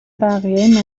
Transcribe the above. بقیه